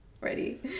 ready